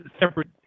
separate